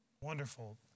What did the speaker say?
Wonderful